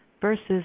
versus